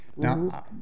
Now